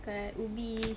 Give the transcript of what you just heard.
dekat ubi